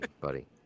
buddy